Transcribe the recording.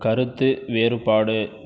கருத்து வேறுபாடு